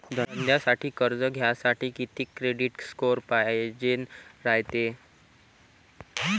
धंद्यासाठी कर्ज घ्यासाठी कितीक क्रेडिट स्कोर पायजेन रायते?